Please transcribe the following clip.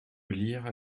lire